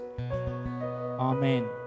Amen